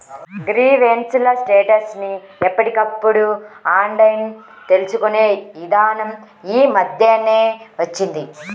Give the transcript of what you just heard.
grievance ల status ని ఎప్పటికప్పుడు ఆన్లైన్ తెలుసుకునే ఇదానం యీ మద్దెనే వచ్చింది